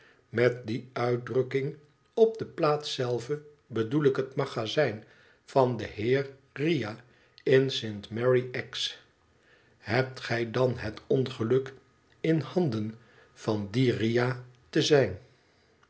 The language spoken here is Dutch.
met die uitdrukking op de plaats zelve bedoel ik het magazijn van den heer riah in st mary axe hebt gij dan het ongeluk in handen van dien riah te zijn